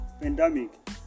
pandemic